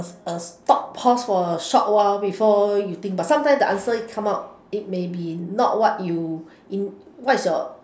a stop pause for a short while before you think but sometimes the answer come out it may be not what you in what's your